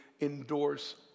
endorse